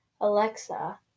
Alexa